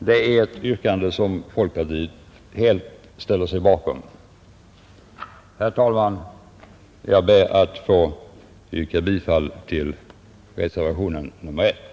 Det är ett yrkande som folkpartiet helt ställer sig bakom. Herr talman! Jag ber att få yrka bifall till reservationen 1.